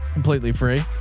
completely free.